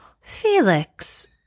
Felix